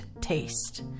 taste